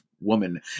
woman